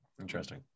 interesting